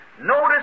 Notice